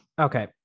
Okay